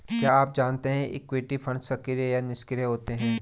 क्या आप जानते है इक्विटी फंड्स सक्रिय या निष्क्रिय होते हैं?